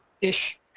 ish